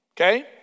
okay